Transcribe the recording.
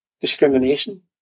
discrimination